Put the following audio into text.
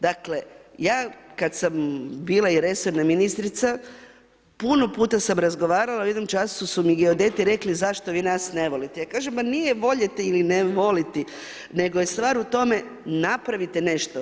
Dakle ja kad sam bila i resorna ministrica, puno puta sam razgovarala, u jednom času su mi geodeti rekli zašto vi nas ne volite, ja kažem ma nije voljeti ili ne voliti nego je stvar u tome, napravite nešto.